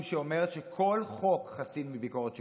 שאומרת שכל חוק חסין מביקורת שיפוטית.